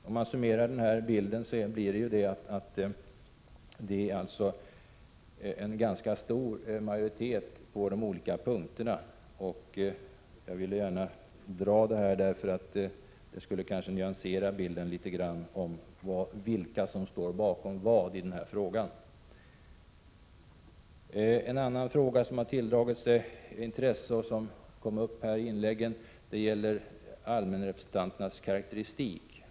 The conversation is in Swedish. Om man summerar bilden finner man att det står en ganska stor majoritet bakom utskottets förslag på de olika punkterna. Jag ville gärna föredra detta för att nyansera bilden av vilka som står bakom vad i den här frågan. En annan fråga som har tilldragit sig intresse och som kom upp i inläggen här i kammaren gäller allmänrepresentanternas karakteristik.